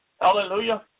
Hallelujah